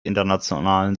internationalen